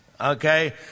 okay